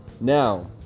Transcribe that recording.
Now